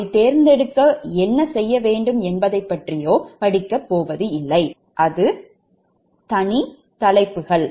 அவை தனி தலைப்புகள்